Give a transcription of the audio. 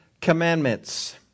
commandments